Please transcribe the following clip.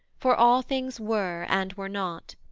for all things were and were not.